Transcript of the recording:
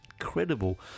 incredible